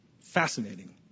Fascinating